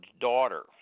daughter